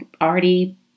already